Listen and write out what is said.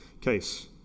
case